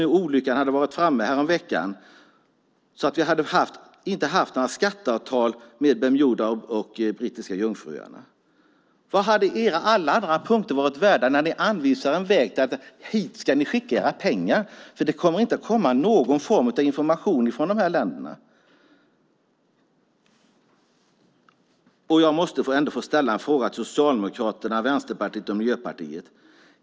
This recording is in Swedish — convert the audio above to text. Om olyckan hade varit framme häromveckan och vi inte hade fått något skatteavtal med Bermuda och Brittiska Jungfruöarna undrar jag vad oppositionens alla övriga punkter hade varit värda när de samtidigt anvisar vägen, alltså vart man kan skicka sina pengar då det inte lämnas ut någon information från dessa länder. Låt mig ställa en fråga till Socialdemokraterna, Vänsterpartiet och Miljöpartiet.